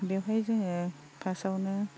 बेवहाय जोङो फार्स्टआवनो